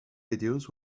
videos